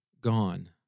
gone